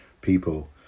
people